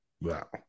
Wow